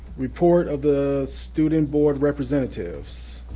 report of the student board representatives.